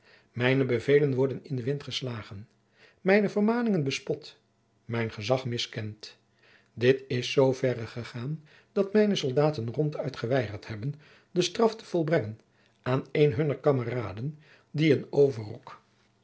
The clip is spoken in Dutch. mijne bevelen worden in den wind geslagen mijne vermaningen bespot mijn gezag miskend dit is zoo verre gegaan dat mijne soldaten ronduit geweigerd hebben de straf te volbrengen aan een hunner kameraden die een overrok